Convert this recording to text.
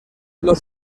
los